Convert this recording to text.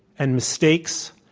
and mistakes,